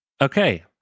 Okay